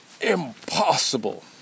Impossible